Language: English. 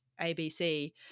ABC